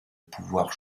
pouvoir